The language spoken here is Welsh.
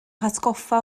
hatgoffa